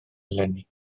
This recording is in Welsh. eleni